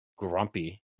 grumpy